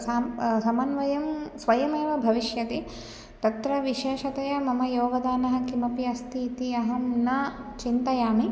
सम् समन्वयः स्वयमेव भविष्यति तत्र विशेषतया मम योगदानं किमपि अस्ति इति अहं न चिन्तयामि